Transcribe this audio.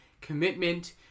commitment